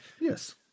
Yes